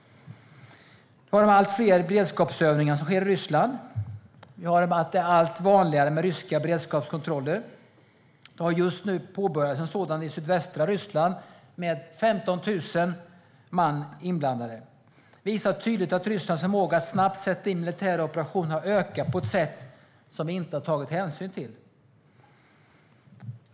Vi har de allt fler beredskapsövningar som sker i Ryssland. Det blir allt vanligare med ryska beredskapskontroller. Det har just påbörjats en sådan i sydvästra Ryssland med 15 000 man inblandade. Det visar tydligt att Rysslands förmåga att snabbt sätta in militära operationer har ökat på ett sätt som vi inte har tagit hänsyn till.